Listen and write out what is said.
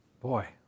Boy